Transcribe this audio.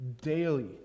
daily